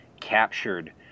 captured